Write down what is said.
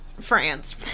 France